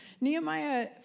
Nehemiah